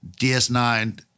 DS9